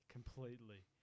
Completely